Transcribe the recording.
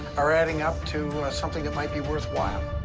are adding up to something that might be worthwhile.